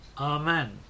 Amen